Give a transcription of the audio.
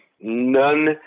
none